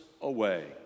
away